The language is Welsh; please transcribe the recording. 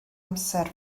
amser